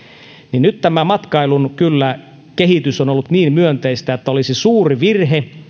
niin nyt kyllä tämä matkailun kehitys on ollut niin myönteistä että olisi suuri virhe